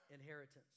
Inheritance